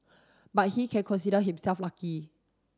but he can consider himself lucky